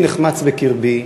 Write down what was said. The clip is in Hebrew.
לבי נחמץ בקרבי